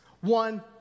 One